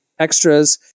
Extras